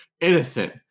innocent